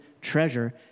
treasure